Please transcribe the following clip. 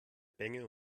bengel